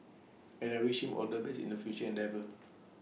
and I wish him all the best in the future endeavours